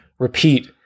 Repeat